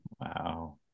Wow